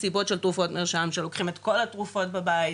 מסיבות של תרופות מרשם שלוקחים את כל התרופות בבית,